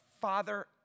Father